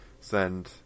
send